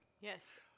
Yes